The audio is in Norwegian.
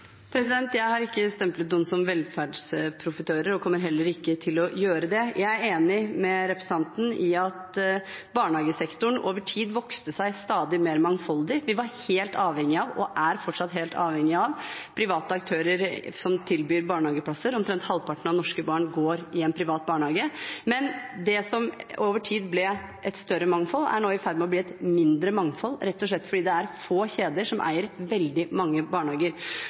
Jeg har ikke stemplet noen som velferdsprofitører og kommer heller ikke til å gjøre det. Jeg er enig med representanten i at barnehagesektoren over tid vokste seg stadig mer mangfoldig. Vi var og er fortsatt helt avhengige av private aktører som tilbyr barnehageplasser. Omtrent halvparten av norske barn går i en privat barnehage. Det som over tid ble et større mangfold, er nå i ferd med å bli et mindre mangfold, rett og slett fordi det er få kjeder som eier veldig mange barnehager.